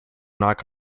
knock